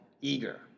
eager